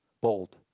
bold